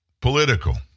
political